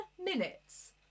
minutes